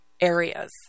areas